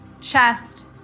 chest